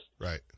right